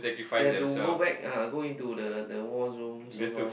they have to go back ah go into the the war zone so call